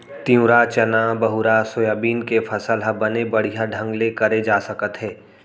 तिंवरा, चना, बहुरा, सोयाबीन के फसल ह बने बड़िहा ढंग ले करे जा सकत हे